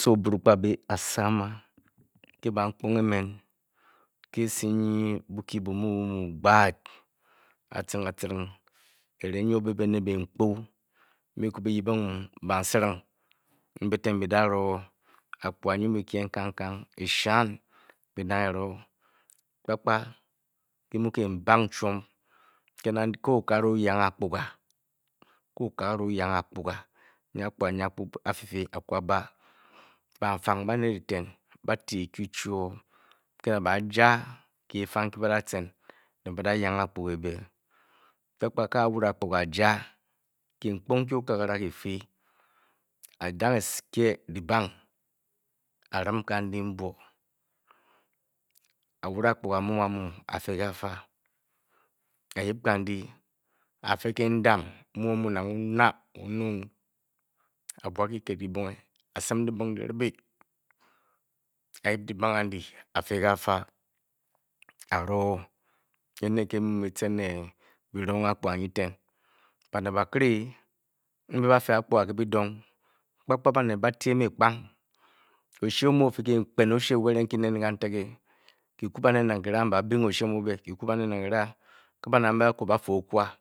Osowo oburukpak asama ke bamkpunge emen ke esi nyi Bokyi bu mu mu gbaat. Aciring aciring eringe nyi nyi o|be be ne biinkpa mbyi byi-ku byi-yip ng bansiring mbe eten kang kang byi-daroo. Akpuga nyi byimu byi-kye kang-kang eshan byi-daroo kpakpa kyi|mu kumbang chwom ke nang okakara o|yange akkpuga, a akpuga nyi afyifi a-ka a-ba banfang banet eten ba-iti ekyu chwoo, baaja biifang mbyi ba-dayange akpuge ebekpa. a a|wuni akpuga a-ja, kinkpu nkyi okakara kyifi a-dang ekye-dyibang, a-rim kankyi mbwo, a-wuri akpuga amumu amumu a-fe, a-fe ke ndem mu nang omu o-na, oonung a-bwa kyikit kyibonge, a-sim dyibing dyi-ribi, a-yip kanyi, a-ryu. Ene nke be byi|mu byimu byi-roo ng akpuga nyi eten Banet bakiri mbe ba|fe akpuga ke byi dong banet ba-tyem ekpang. Oshe o|mu ofi kii mkpen oshe wa eringe nkyi ko kantikkyiku banet nang kyim. mbe ba-bi ng oshe mu ebe, kyi ku banet nang kyira. mbe ba bing oshe mu ebe A banet mbe aku ba|fe okwa